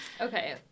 okay